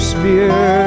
Spear